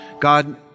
God